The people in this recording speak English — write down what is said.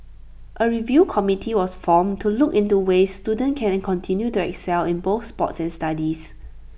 A review committee was formed to look into ways students can continue to excel in both sports and studies